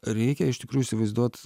reikia iš tikrųjų įsivaizduot